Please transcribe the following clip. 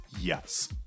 Yes